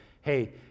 Hey